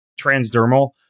transdermal